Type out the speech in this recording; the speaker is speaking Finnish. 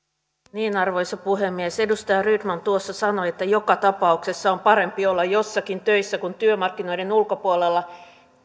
arvoisa puhemies edustaja rydman tuossa sanoi että joka tapauksessa on parempi olla jossakin töissä kuin työmarkkinoiden ulkopuolella